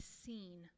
seen